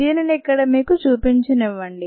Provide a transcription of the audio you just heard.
దీనిని ఇక్కడ మీకు చూపించనివ్వండి